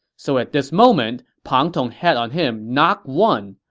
so at this moment, pang tong had on him not one,